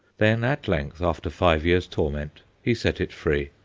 then at length, after five years' torment, he set it free,